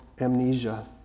amnesia